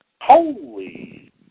Holy